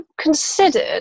considered